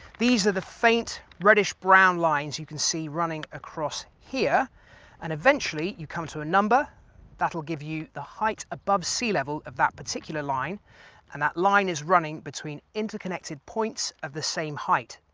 these are the faint reddish-brown lines you can see running across here and eventually you come to a number that'll give you the height above sea level of that particular line and that line is running between interconnected points of the same height.